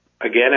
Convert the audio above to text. again